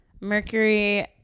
Mercury